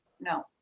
No